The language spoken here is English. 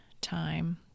time